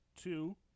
two